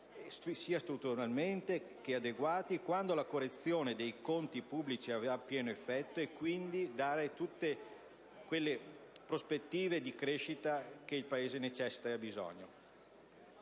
strutturalmente e adeguati quando la correzione dei conti pubblici avrà pieno effetto, dando - così - tutte quelle prospettive di crescita di cui il Paese necessita e di cui ha bisogno.